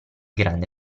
grande